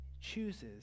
chooses